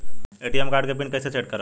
ATM card के PIN कैसे set करम?